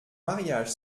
mariage